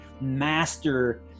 master